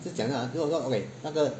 是讲 lah 如果说 okay 那个